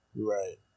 Right